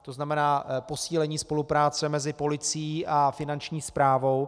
To znamená posílení spolupráce mezi policií a finanční správou.